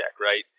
right